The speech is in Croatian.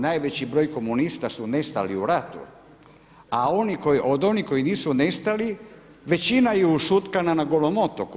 Najveći dio komunista su nestali u ratu, a od onih koji nisu nestali većina je ušutkana na Golom otoku.